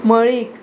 Malik